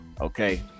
okay